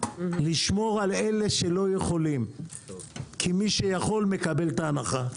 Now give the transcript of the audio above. לשמור על אלה שלא יכולים כי מי שיכול מקבל את ההנחה,